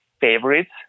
favorites